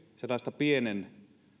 sellaista pienen